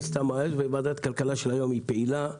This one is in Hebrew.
וועדת הכלכלה של היום פעילה,